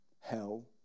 hell